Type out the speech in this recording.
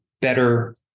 better